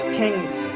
kings